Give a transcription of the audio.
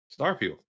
Starfield